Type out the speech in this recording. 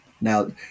Now